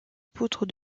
poutre